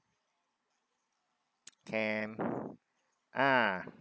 can uh